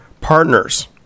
partners